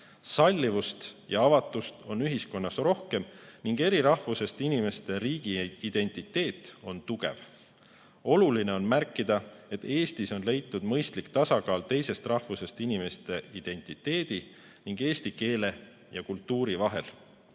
Sallivust ja avatust on ühiskonnas rohkem ning eri rahvusest inimeste riigiidentiteet on tugev. Oluline on märkida, et Eestis on leitud mõistlik tasakaal teisest rahvusest inimeste identiteedi ning eesti keele ja kultuuri vahel.